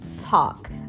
talk